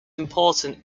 important